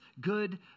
good